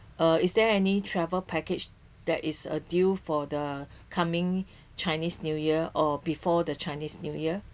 uh is there any travel package that is a deal for the coming chinese new year or before the chinese new year